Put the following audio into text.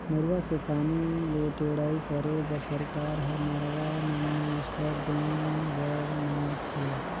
नरूवा के पानी ले टेड़ई करे बर सरकार हर नरवा मन में स्टॉप डेम ब नात हे